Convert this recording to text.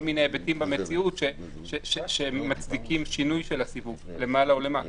מיני היבטים במציאות שמספיקים שינוי של הסיווג למעלה או למטה.